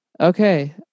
Okay